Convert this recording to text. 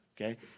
okay